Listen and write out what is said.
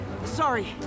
Sorry